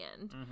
end